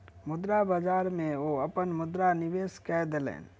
मुद्रा बाजार में ओ अपन मुद्रा निवेश कय देलैन